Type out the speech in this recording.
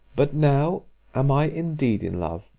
but now am i indeed in love.